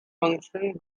function